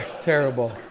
terrible